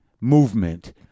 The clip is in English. movement